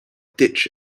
ditch